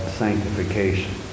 sanctification